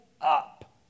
up